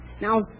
Now